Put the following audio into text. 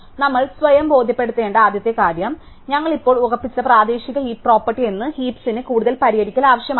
ഇപ്പോൾ നമ്മൾ സ്വയം ബോധ്യപ്പെടുത്തേണ്ട ആദ്യത്തെ കാര്യം ഞങ്ങൾ ഇപ്പോൾ ഉറപ്പിച്ച പ്രാദേശിക ഹീപ് പ്രോപ്പർട്ടി എന്ന ഹീപ്സിന് കൂടുതൽ പരിഹരിക്കൽ ആവശ്യമാണ്